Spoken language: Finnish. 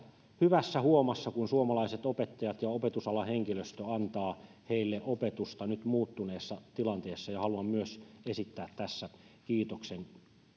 hyvässä huomassa kun suomalaiset opettajat ja opetusalan henkilöstö antavat heille opetusta nyt muuttuneessa tilanteessa haluan myös esittää tässä kiitoksen